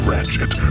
Ratchet